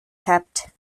kept